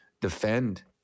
defend